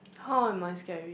how am I scary